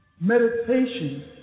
Meditation